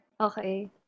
okay